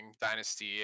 Dynasty